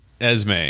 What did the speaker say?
Esme